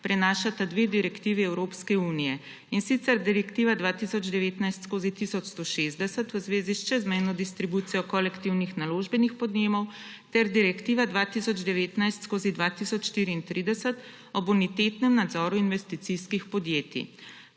prenašata dve direktivi Evropske unije, in sicer Direktiva 2019/1160 v zvezi s čezmejno distribucijo kolektivnih naložbenih podjemov ter Direktiva 2019/2034 o bonitetnem nadzoru investicijskih podjetij.